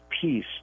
peace